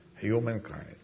humankind